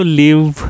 live